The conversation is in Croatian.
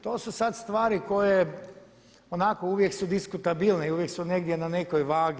To su sad stvari koje onako uvijek su diskutabilne i uvijek su negdje na nekoj vagi.